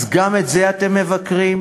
אז גם את זה אתם מבקרים?